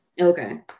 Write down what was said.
Okay